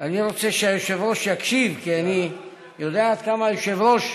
אני רוצה שהיושב-ראש יקשיב כי אני יודע עד כמה היושב-ראש,